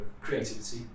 creativity